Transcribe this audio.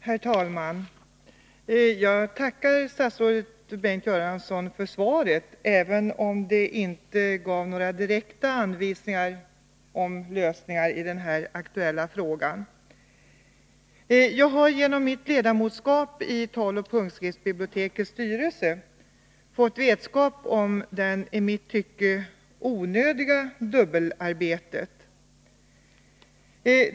Herr talman! Jag tackar statsrådet Bengt Göransson för svaret, även om det inte gav några direkta anvisningar till lösningar av det aktuella problemet. Jag har genom mitt ledamotskap i taloch punktskriftsbibliotekets styrelse fått vetskap om det i mitt tycke onödiga dubbelarbetet.